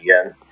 again